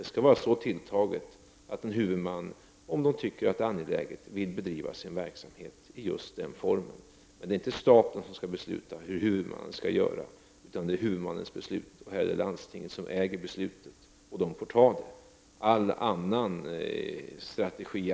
Det skall vara så tilltaget att en huvudman, om denne tycker att det är angeläget, kan bedriva sin verksamhet i just den formen. Men det är inte staten som skall besluta hur huvudmannen skall göra, utan det är huvudmannens beslut. Här är det landstinget som äger beslutet och som får ta det.